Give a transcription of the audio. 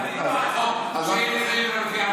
אני לא בעד חוק שיהיו נישואים,